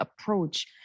approach